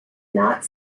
not